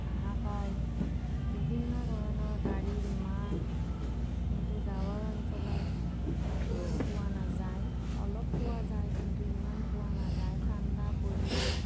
হাহাকাৰ বিভিন্ন ধৰণৰ গাড়ীৰ মাত কিন্তু গাঁৱৰ অঞ্চলত ইমান পোৱা নাযায় অলপ পোৱা যায় কিন্তু ইমান পোৱা নাযায় ঠাণ্ডা পৰিৱেশ